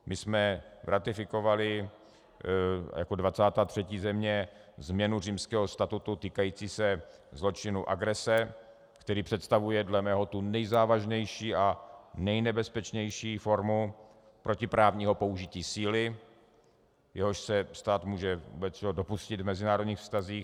My jsme ratifikovali jako 23. země změnu Římského statutu týkající se zločinu agrese, který představuje dle mého tu nejzávažnější a nejnebezpečnější formu protiprávního použití síly, jehož se stát vůbec může dopustit v mezinárodních vztazích.